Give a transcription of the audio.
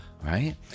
Right